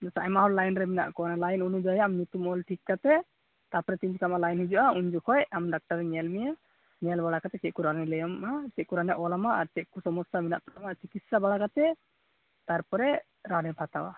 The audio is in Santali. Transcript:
ᱵᱟᱠᱷᱟᱱ ᱟᱭᱢᱟ ᱦᱚᱲ ᱞᱟᱭᱤᱱ ᱨᱮ ᱢᱮᱱᱟᱜ ᱠᱚᱣᱟ ᱞᱟᱭᱤᱱ ᱚᱱᱩᱡᱟᱭᱤ ᱟᱢ ᱧᱩᱛᱩᱢ ᱚᱞ ᱴᱷᱤᱠ ᱠᱟᱛᱮᱫ ᱛᱟᱯᱚᱨᱮ ᱛᱤᱱ ᱡᱚᱠᱷᱚᱡ ᱟᱢᱟᱜ ᱞᱟᱭᱤᱱ ᱦᱤᱡᱩᱜᱼᱟ ᱩᱱ ᱡᱩᱠᱷᱚᱡ ᱟᱢ ᱰᱟᱠᱛᱟᱨᱮ ᱧᱮᱞ ᱢᱮᱭᱟ ᱧᱮᱞ ᱵᱟᱲᱟ ᱠᱟᱛᱮ ᱪᱮᱫ ᱠᱚ ᱨᱟᱱᱮ ᱞᱟᱹᱭᱟᱢᱟ ᱪᱮᱫ ᱠᱚ ᱨᱟᱱᱮ ᱚᱞᱟᱢᱟ ᱟᱨ ᱪᱮᱫ ᱠᱚ ᱥᱚᱢᱳᱥᱟ ᱢᱮᱱᱟᱜ ᱛᱟᱢᱟ ᱪᱤᱠᱤᱥᱟ ᱵᱟᱲᱟ ᱠᱟᱛᱮ ᱛᱟᱯᱚᱨᱮ ᱨᱟᱱᱮᱢ ᱦᱟᱛᱟᱣᱟ